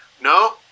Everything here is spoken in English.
No